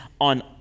on